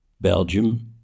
Belgium